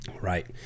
Right